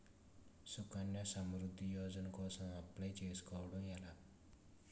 సుకన్య సమృద్ధి యోజన కోసం అప్లయ్ చేసుకోవడం ఎలా?